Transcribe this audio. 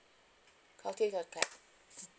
call three clap